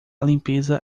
limpeza